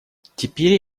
теперь